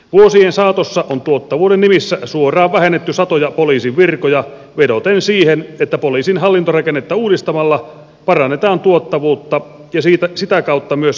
vuosien saatossa on tuottavuuden nimissä suoraan vähennetty satoja poliisin virkoja vedoten siihen että poliisin hallintorakennetta uudistamalla parannetaan tuottavuutta ja sitä kautta myös kansalaisten turvallisuutta